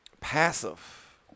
passive